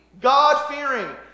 God-fearing